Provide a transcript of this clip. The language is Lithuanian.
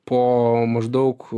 po maždaug